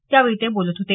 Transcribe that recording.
त्यावेळी ते बोलत होते